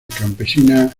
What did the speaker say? campesina